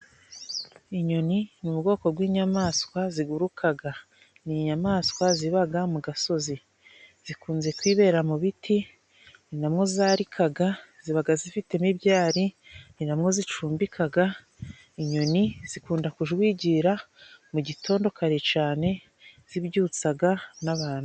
Inyoni nu bwoko bw'inyamaswa zigurukaga ni inyamaswa zibaga mu gasozi zikunze kwibera mu biti ninamwo zarikaga zibaga zifitemo ibyari ninamwo zicumbikaga inyoni zikunda kujwigira mu gitondo kare cyane zibyutsaga n'abantu.